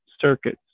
circuits